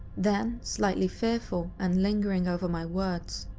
then, slightly fearful and lingering over my words,